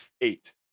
eight